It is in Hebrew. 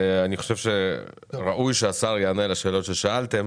אני חושב שראוי שהשר יענה על השאלות ששאלתם.